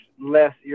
less